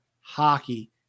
hockey